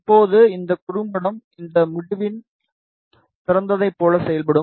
இப்போது இந்த குறும்படம் இந்த முடிவில் திறந்ததைப் போல செயல்படும்